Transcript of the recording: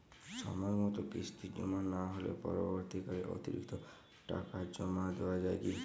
সময় মতো কিস্তি জমা না হলে পরবর্তীকালে অতিরিক্ত টাকা জমা দেওয়া য়ায় কি?